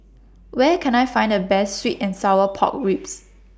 Where Can I Find The Best Sweet and Sour Pork Ribs